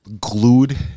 glued